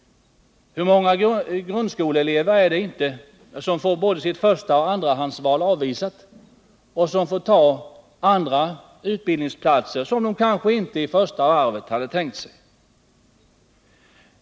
Hur många grundskoleelever får inte både sitt förstaoch andrahandsval avvisat och tvingas ta andra utbildningsplatser som de kanske från början inte alls hade tänkt sig?